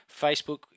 Facebook